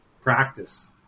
practice